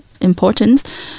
importance